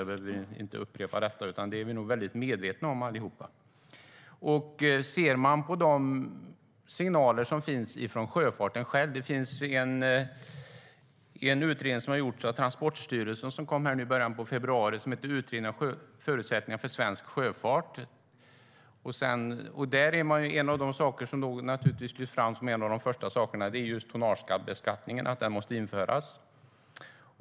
Jag behöver inte upprepa det, för det är vi nog alla medvetna om.. Det som främst lyfts fram är att tonnagebeskattning måste införas.